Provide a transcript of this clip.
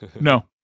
No